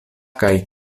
kaj